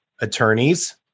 attorneys